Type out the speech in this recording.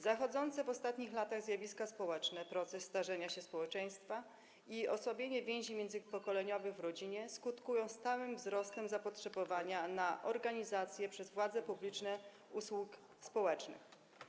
Zachodzące w ostatnich latach zjawiska społeczne, proces starzenia się społeczeństwa i osłabienie więzi międzypokoleniowych w rodzinie skutkują stałym wzrostem zapotrzebowania na organizację przez władze publiczne usług społecznych.